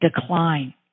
decline